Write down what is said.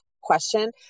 question